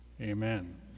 Amen